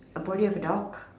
a body of a dog